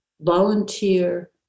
volunteer